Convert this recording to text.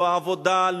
לא העבודה,